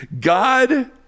God